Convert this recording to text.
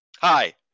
hi